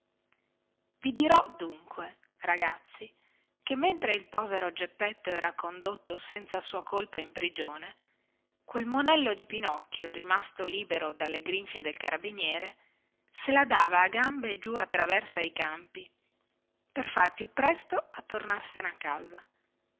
i dirò dunque ragazzi che mentre il povero geppetto era condotto senza sua colpa in prigione quel monello di pinocchio rimasto libero dalle grinfie del carabiniere se la dava a gambe giù attraverso ai campi per far più presto a tornarsene a casa